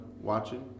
watching